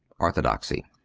orthodoxy